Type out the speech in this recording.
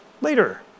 later